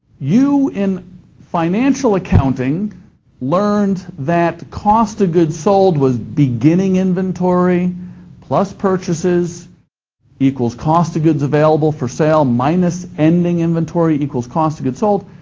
you in financial accounting learned that cost of goods sold was beginning inventory plus purchases equals cost of goods available for sale minus ending inventory equals cost of goods sold.